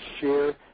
share